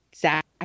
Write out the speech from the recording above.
Zach